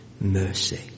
mercy